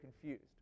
confused